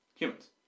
Humans